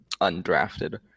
undrafted